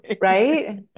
Right